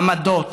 העמדות,